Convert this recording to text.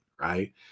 right